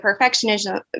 perfectionism